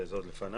זה עוד לפניי.